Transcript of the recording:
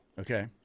Okay